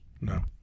No